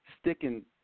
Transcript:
sticking